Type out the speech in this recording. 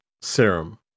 serum